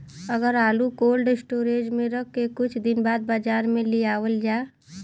अगर आलू cold storage में रख के कुछ दिन बाद बाजार में लियावल जा?